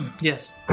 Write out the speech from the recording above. Yes